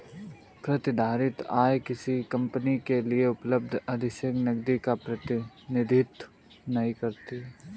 प्रतिधारित आय किसी कंपनी के लिए उपलब्ध अधिशेष नकदी का प्रतिनिधित्व नहीं करती है